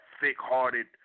thick-hearted